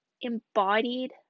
embodied